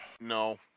No